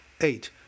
eight